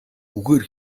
үгээр